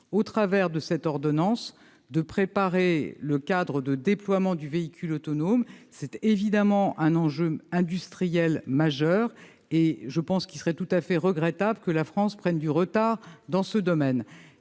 fait qu'il s'agit en l'espèce de préparer le cadre de déploiement du véhicule autonome. C'est évidemment un enjeu industriel majeur, et il serait tout à fait regrettable que la France prenne du retard dans ce domaine.